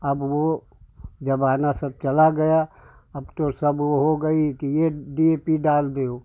अब वह ज़माना सब चला गया अब तो सब वह हो गया कि यह डी ए पी डाल दो